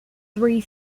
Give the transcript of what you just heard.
three